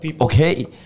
okay